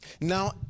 now